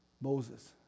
Moses